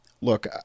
look